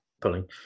pulling